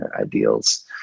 ideals